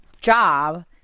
job